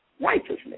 Righteousness